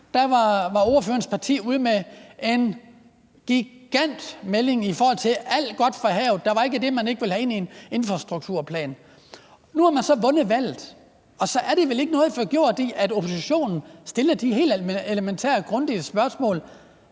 – var ordførerens parti ude med en gigantisk melding med alt godt fra havet. Der var ikke det, man ikke ville have ind i en infrastrukturplan. Nu har man så vundet valget, og så er der vel ikke noget forkert i, at oppositionen stiller det helt elementære og præcise spørgsmål: